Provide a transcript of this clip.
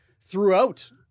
throughout